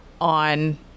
on